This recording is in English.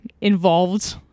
involved